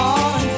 on